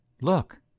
Look